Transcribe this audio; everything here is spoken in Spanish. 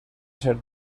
ser